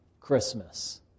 Christmas